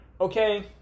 okay